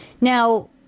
Now